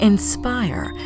Inspire